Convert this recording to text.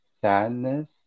sadness